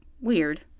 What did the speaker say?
weird